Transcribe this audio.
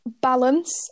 Balance